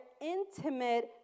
intimate